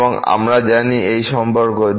এবংআমরা জানি এই সম্পর্ক যে